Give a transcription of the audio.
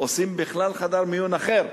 עושים בכלל חדר מיון אחר.